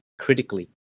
critically